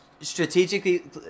strategically